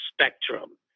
spectrum